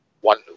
one